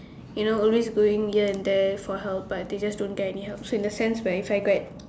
you know all this bullying here and there for help but they just don't get any help so in a sense that if I get